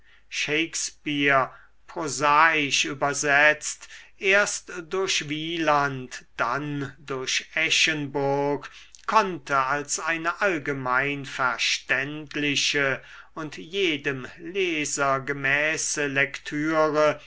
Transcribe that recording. shakespeare prosaisch übersetzt erst durch wieland dann durch eschenburg konnte als eine allgemein verständliche und jedem leser gemäße lektüre